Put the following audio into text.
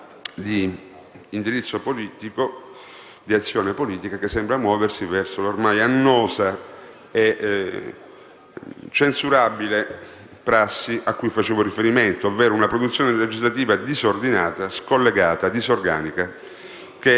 chiara volontà di azione politica che sembra muoversi verso l'ormai annosa e censurabile prassi a cui facevo riferimento, ovvero una produzione legislativa disordinata, scollegata, disorganica, che